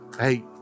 hey